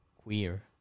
queer